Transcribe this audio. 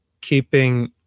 keeping